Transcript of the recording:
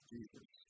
Jesus